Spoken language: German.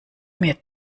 mir